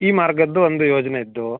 ಈ ಮಾರ್ಗದ್ದು ಒಂದು ಯೋಜನೆ ಇದೆ